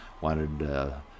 wanted